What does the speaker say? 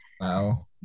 wow